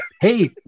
hey